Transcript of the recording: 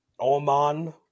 Oman